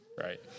right